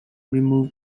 remove